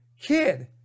kid